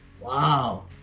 wow